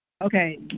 Okay